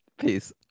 Peace